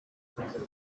when